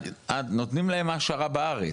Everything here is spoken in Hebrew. נותנים להם העשרה בארץ,